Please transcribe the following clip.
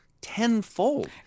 tenfold